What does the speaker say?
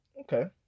Okay